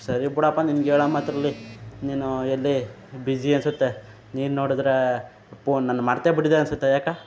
ಸರಿ ಬಿಡಪ್ಪ ನಿನ್ಗೆ ಹೇಳೋ ಮಾತಿರಲಿ ನೀನೂ ಎಲ್ಲಿ ಬಿಝಿ ಅನಿಸುತ್ತೆ ನೀನು ನೋಡಿದರೆ ಪೋನ್ ನನ್ನ ಮರೆತೇ ಬಿಟ್ಟಿದೆ ಅನಿಸುತ್ತೆ ಯಾಕೆ